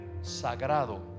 sagrado